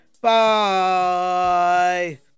Bye